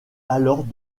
alors